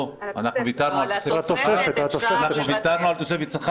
לא, ויתרנו על התוספת.